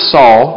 Saul